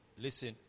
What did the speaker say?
Listen